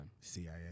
cia